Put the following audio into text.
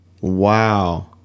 Wow